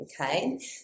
okay